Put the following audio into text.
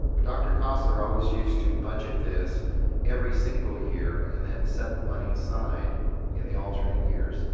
dr. kossler always used to budget this every single year and then set the money aside in the alternate years.